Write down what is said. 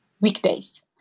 weekdays